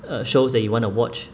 uh shows that you want to watch